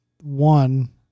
one